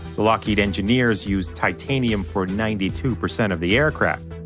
lockheed engineers used titanium for ninety two percent of the aircraft,